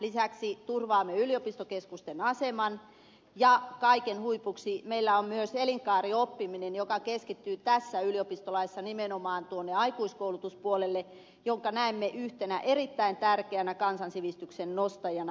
lisäksi turvaamme yliopistokeskusten aseman ja kaiken huipuksi meillä on myös elinkaarioppiminen joka keskittyy tässä yliopistolaissa nimenomaan tuonne aikuiskoulutuspuolelle jonka näemme yhtenä erittäin tärkeänä kansansivistyksen nostajana